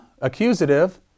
accusative